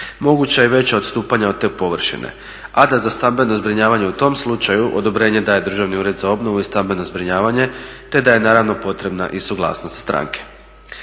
moguća je veća odstupanja od te površine a da za stambeno zbrinjavanje u tom slučaju odobrenje daje Državni ured za obnovu i stambeno zbrinjavanje te da je naravno potrebna i suglasnost stranke.